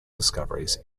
discoveries